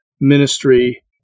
ministry